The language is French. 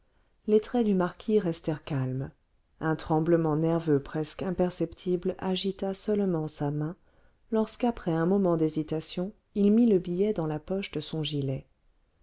les traits du marquis restèrent calmes un tremblement nerveux presque imperceptible agita seulement sa main lorsque après un moment d'hésitation il mit le billet dans la poche de son gilet